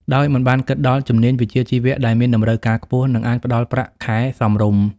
ដោយមិនបានគិតដល់ជំនាញវិជ្ជាជីវៈដែលមានតម្រូវការខ្ពស់ និងអាចផ្តល់ប្រាក់ខែសមរម្យ។